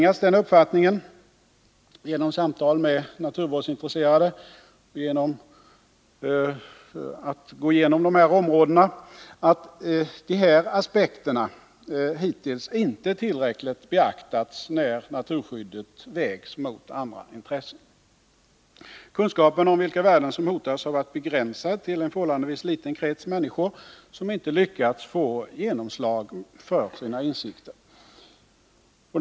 Genom samtal med naturvårdsintresserade och genom att studera dessa områden har jag bibringats den uppfattningen att de här aspekterna hittills inte tillräckligt beaktats när naturskyddet vägts mot andra intressen. Kunskapen om vilka värden som hotas har varit begränsad till en förhållandevis liten krets människor som inte lyckats få genomslag för sina insikter.